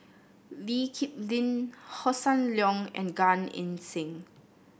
Lee Kip Lin Hossan Leong and Gan Eng Seng